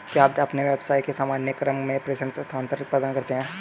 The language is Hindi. क्या आप अपने व्यवसाय के सामान्य क्रम में प्रेषण स्थानान्तरण प्रदान करते हैं?